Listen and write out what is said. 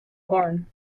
horn